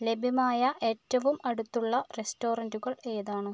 ലഭ്യമായ ഏറ്റവും അടുത്തുള്ള റെസ്റ്റോറന്റുകൾ ഏതാണ്